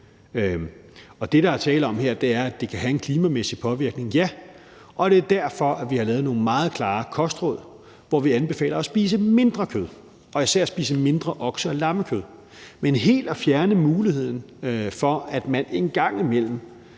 Det, der er tale om her, er, at det kan have en klimamæssig påvirkning. Ja, og det er derfor, at vi har lavet nogle meget klare kostråd, hvor vi anbefaler at spise mindre kød og især spise mindre okse- og lammekød, men helt at fjerne muligheden for, at man en gang imellem